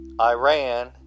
Iran